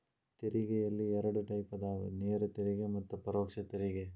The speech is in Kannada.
ತೆರಿಗೆಯಲ್ಲಿ ಎರಡ್ ಟೈಪ್ ಅದಾವ ನೇರ ತೆರಿಗೆ ಮತ್ತ ಪರೋಕ್ಷ ತೆರಿಗೆ